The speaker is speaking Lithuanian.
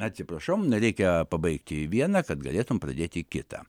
atsiprašau reikia pabaigti vieną kad galėtum pradėti kitą